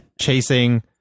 chasing